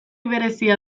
berezia